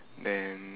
then